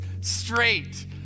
straight